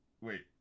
wait